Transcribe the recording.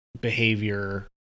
behavior